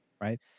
right